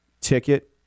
ticket